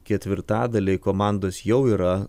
ketvirtadaliai komandos jau yra